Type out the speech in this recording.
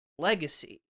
legacy